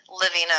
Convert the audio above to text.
living